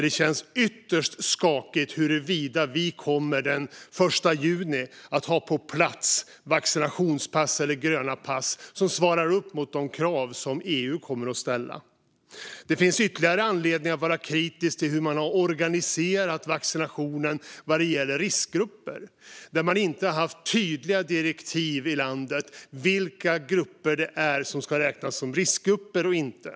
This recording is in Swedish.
Det känns ytterst skakigt huruvida vi den 1 juni kommer att ha vaccinationspass eller gröna pass på plats som svarar upp mot de krav som EU kommer att ställa. Det finns ytterligare anledningar att vara kritisk till hur man har organiserat vaccinationen vad gäller riskgrupper. Man har inte haft tydliga direktiv i landet om vilka grupper det är som ska räknas som riskgrupper och inte.